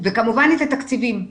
וכמובן את התקציבים.